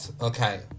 Okay